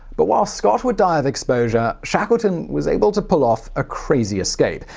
but while scott would die of exposure, shackleton was able to pull off a crazy escape.